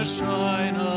shine